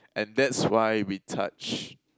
and that's why we touch